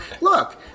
look